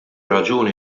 raġuni